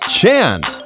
chant